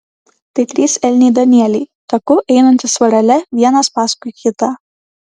tai trys elniai danieliai taku einantys vorele vienas paskui kitą